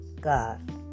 God